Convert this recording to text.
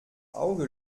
auge